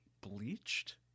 bleached